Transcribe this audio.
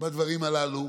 בדברים הללו.